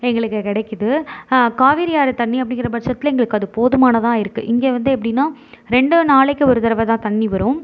எங்களுக்கு கிடைக்குது காவேரி ஆறு தண்ணி அப்படிங்குற பட்சத்தில் எங்களுக்கு அது போதுமானதாக இருக்குது இங்கே வந்து எப்படினா ரெண்டு நாளைக்கு ஒரு தடவதான் தண்ணி வரும்